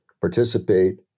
participate